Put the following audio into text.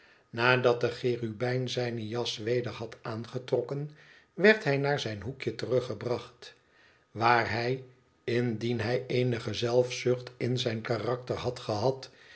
nadat de cherubijn zijne jas weder had aangetrokken werd hij naar zijn hoekje teruggebracht waar hij indien hij eenige zelfzucht in zijn karakter had gehad